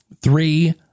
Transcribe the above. three